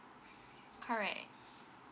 correct